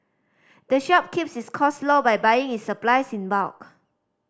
the shop keeps its cost low by buying its supplies in bulk